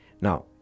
Now